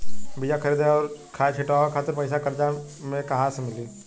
बीया खरीदे आउर खाद छिटवावे खातिर पईसा कर्जा मे कहाँसे मिली?